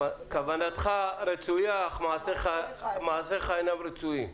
כוונתך רצויה אך מעשיך אינם רצויים.